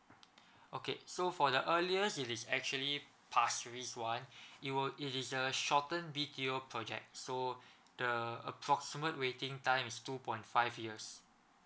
okay so for the earliest it is actually pasir ris one it will it is a shorten B_T_O project so the approximate waiting time is two point five years